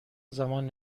زمان